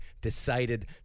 decided